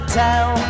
tell